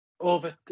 over